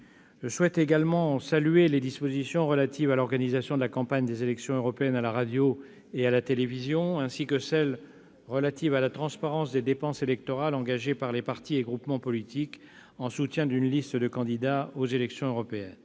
Je souhaite également saluer les dispositions relatives à l'organisation de la campagne des élections européennes à la radio et à la télévision, ainsi que celles qui sont relatives à la transparence des dépenses électorales engagées par les partis et groupements politiques en soutien d'une liste de candidats aux élections européennes.